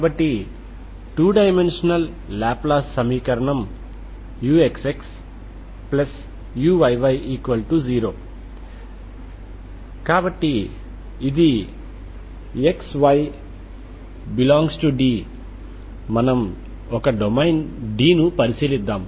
కాబట్టి 2 dimensional Laplace సమీకరణం uxxuyy0 కాబట్టి ఇది xy∈D మనం ఒక డొమైన్ D ను పరిశీలిద్దాం